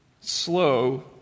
slow